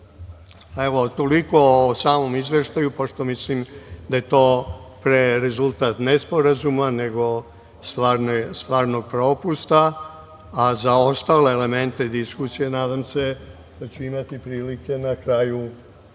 ubuduće. Toliko o samom izveštaju, pošto mislim da je to pre rezultat nesporazuma nego stvarnog propusta, a za ostale elemente diskusije nadam se da ću imati prilike na kraju